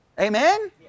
Amen